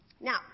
Now